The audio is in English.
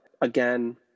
again